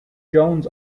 jones